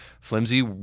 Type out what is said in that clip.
Flimsy